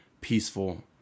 peaceful